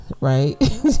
right